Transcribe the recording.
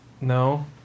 No